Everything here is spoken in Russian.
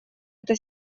эта